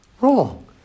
wrong